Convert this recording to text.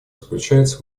заключается